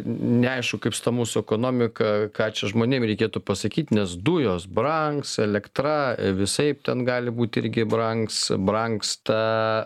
neaišku kaip su ta mūsų ekonomika ką čia žmonėm reikėtų pasakyt nes dujos brangs elektra visaip ten gali būt irgi brangs brangsta